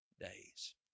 days